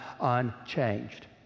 unchanged